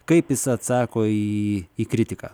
kaip jis atsako į į kritiką